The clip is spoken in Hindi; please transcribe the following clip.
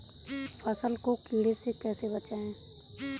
फसल को कीड़े से कैसे बचाएँ?